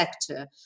sector